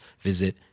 visit